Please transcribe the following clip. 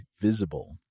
Visible